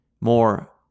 more